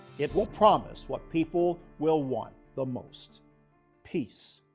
it will promise what people will want the most peace,